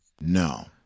No